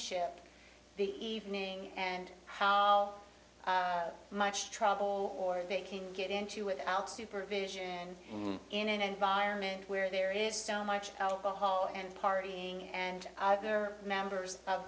ship the evening and how much trouble or it can get into without supervision in an environment where there is so much alcohol and partying and there are members of